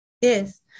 Yes